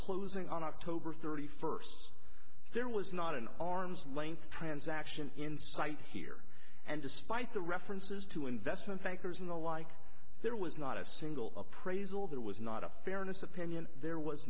closing on october thirty first there was not an arm's length transaction in sight here and despite the references to investment bankers and the like there was not a single appraisal there was not a fairness opinion there was